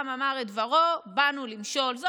"העם אמר את דברו, באנו למשול",